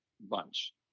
bunch